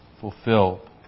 fulfilled